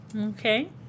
Okay